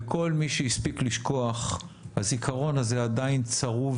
לכל מי שהספיק לשכוח הזיכרון הזה עדיין צרוב